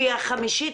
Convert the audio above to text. שהיא החמישית,